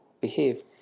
behave